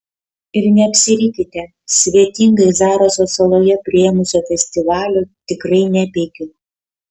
ir neapsirikite svetingai zaraso saloje priėmusio festivalio tikrai nepeikiu